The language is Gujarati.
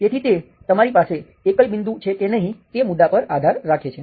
તેથી તે તમારી પાસે એકલ બિંદુ છે કે નહીં તે મુદ્દા પર આધાર રાખે છે